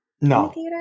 No